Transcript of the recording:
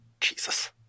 Jesus